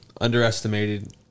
Underestimated